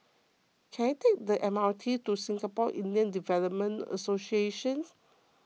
can I take the M R T to Singapore Indian Development Association